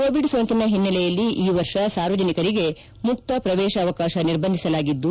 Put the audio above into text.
Covid ಸೋಂಕಿನ ಹಿನ್ನೆಲೆಯಲ್ಲಿ ಈ ವರ್ಷ ಸಾರ್ವಜನಿಕರಿಗೆ ಮುಕ್ತ ಶ್ರವೇಶ ಅವಕಾಶ ನಿರ್ಬಂಧಿಸಲಾಗಿದ್ದು